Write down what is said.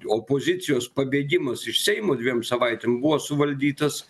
opozicijos pabėgimas iš seimo dviem savaitėm buvo suvaldytas